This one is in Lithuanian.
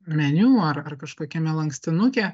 meniu ar ar kažkokiame lankstinuke